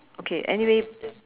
okay anyway